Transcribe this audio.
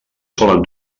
solen